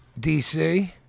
DC